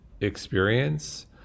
experience